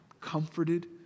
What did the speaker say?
comforted